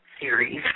series